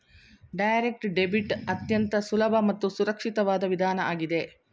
direct debit ಅತ್ಯಂತ ಸುಲಭ ಮತ್ತು ಸುರಕ್ಷಿತವಾದ ವಿಧಾನ ಆಗಿದೆ